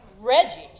Reggie